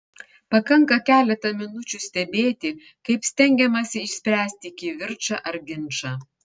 pakanka keletą minučių stebėti kaip stengiamasi išspręsti kivirčą ar ginčą